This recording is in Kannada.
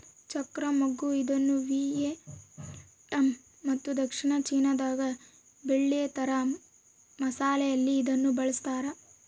ಚಕ್ತ್ರ ಮಗ್ಗು ಇದನ್ನುವಿಯೆಟ್ನಾಮ್ ಮತ್ತು ದಕ್ಷಿಣ ಚೀನಾದಾಗ ಬೆಳೀತಾರ ಮಸಾಲೆಯಲ್ಲಿ ಇದನ್ನು ಬಳಸ್ತಾರ